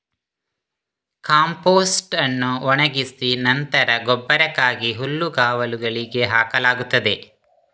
compost ಅನ್ನು ಒಣಗಿಸಿ ನಂತರ ಗೊಬ್ಬರಕ್ಕಾಗಿ ಹುಲ್ಲುಗಾವಲುಗಳಿಗೆ ಹಾಕಲಾಗುತ್ತದೆ